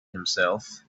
himself